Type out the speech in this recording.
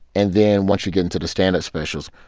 and then once you get into the stand-up specials,